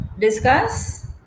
discuss